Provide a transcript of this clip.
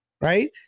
Right